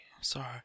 sorry